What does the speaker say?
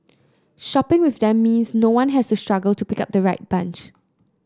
shopping with them means no one has to struggle to pick the right bunch